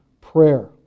prayer